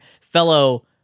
fellow